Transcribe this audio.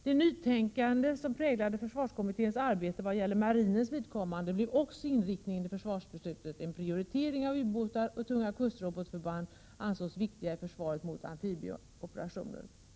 Det nytänkande som präglade försvarskommitténs arbete för marinens vidkommande påverkade också inriktningen i försvarsbeslutet. En prioritering av ubåtar och tunga kustrobotförband ansågs viktig i försvaret mot amfibieoperationer. Herr talman!